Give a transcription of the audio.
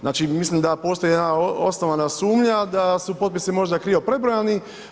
Znači mislim da postoji jedna osnovana sumnja da su potpisi možda krivo prebrojani.